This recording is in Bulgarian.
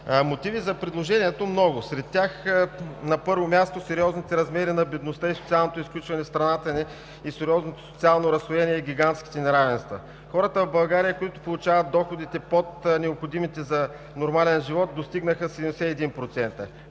Мотиви за предложението има много. Сред тях, на първо място, са: сериозните размери на бедността, социалното изключване в страната ни, сериозното социално разслоение и гигантските неравенства; хората в България, които получават доходи под необходимите за нормален живот, достигнаха 71%;